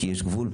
כי יש גבול.